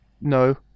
No